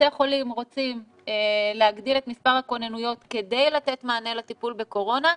בתי חולים רוצים להגדיל את מספר הכוננויות כדי לתת מענה לטיפול בקורונה,